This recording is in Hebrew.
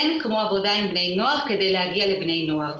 אין כמו עבודה עם בני נוער כדי להגיע לבני נוער,